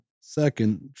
Second